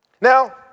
Now